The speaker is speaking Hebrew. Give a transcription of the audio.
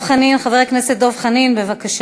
חבר הכנסת דב חנין, בבקשה.